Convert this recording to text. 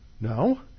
No